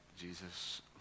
Jesus